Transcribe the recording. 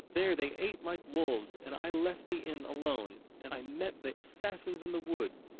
there they ate like wolves and i left the inn alone and i met the assassins in the wood.